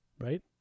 Right